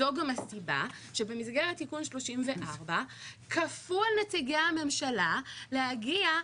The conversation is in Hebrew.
זאת גם הסיבה שבמסגרת תיקון 34 כפו על נציגי הממשלה להגיע,